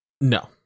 No